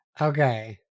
Okay